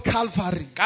Calvary